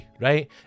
right